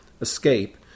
escape